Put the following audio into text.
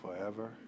forever